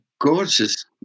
gorgeous